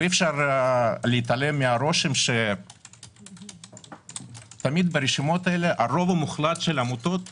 אי-אפשר להתעלם מהרושם שתמיד ברשימות האלה הרוב המוחלט של העמותות